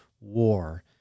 War